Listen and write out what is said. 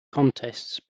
contests